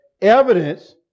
evidence